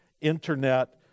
internet